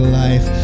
life